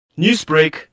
Newsbreak